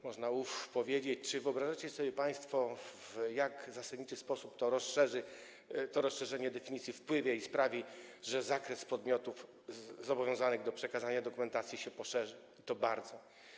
Można powiedzieć: uf, czy wyobrażacie sobie państwo, w jak zasadniczy sposób to rozszerzenie definicji sprawi, że zakres podmiotów zobowiązanych do przekazania dokumentacji się poszerzy, i to bardzo?